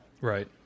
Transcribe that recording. Right